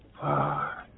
Five